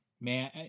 man